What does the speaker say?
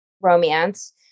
romance